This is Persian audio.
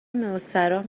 مستراح